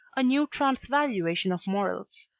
a new transvaluation of morals,